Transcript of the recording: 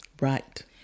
right